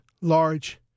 large